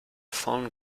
phone